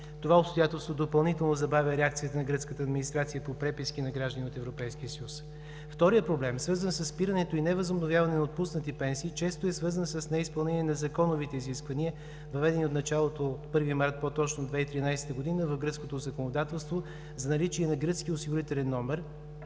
Това обстоятелство допълнително забавя реакцията на гръцката администрация по преписки на граждани от Европейския съюз. Вторият проблем, свързан със спирането и невъзобновяване на отпуснати пенсии, често е свързан с неизпълнение на законовите изисквания, въведени от началото на 1 март 2013 г. в гръцкото законодателство за наличие на гръцки осигурителен номер